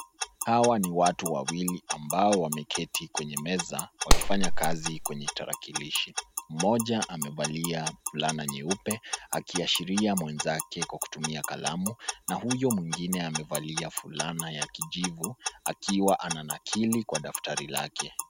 Hawa ni watu wawili ambao wameketi kwenye meza wakifanya kazi kwenye tarakilishi. Mmoja amevalia fulana nyeupe akiashiria mwenzake kwa kutumia kalamu na huyo mwengine amevalia fulana ya kijivu akiwa ananakili kwa daftari lake.